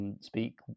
Speak